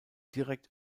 direkt